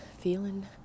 feeling